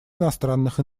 иностранных